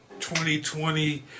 2020